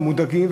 מודאגים,